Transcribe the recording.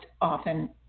often